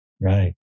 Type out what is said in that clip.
Right